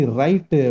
right